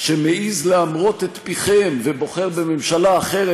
שמעז להמרות את פיכם ובוחר בממשלה אחרת